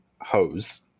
hose